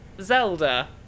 Zelda